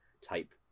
type